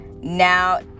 Now